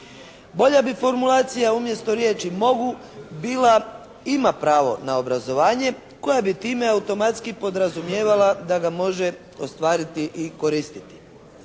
Bolja bi formulacija umjesto riječi mogu bila ima pravo na obrazovanje koja bi time automatski podrazumijevala da ga može ostvariti i koristiti.